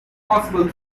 possible